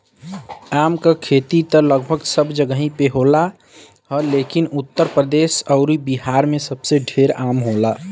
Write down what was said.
आम क खेती त लगभग सब जगही पे होत ह लेकिन उत्तर प्रदेश अउरी बिहार में सबसे ढेर आम होला